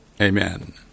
Amen